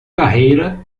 carreira